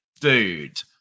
dude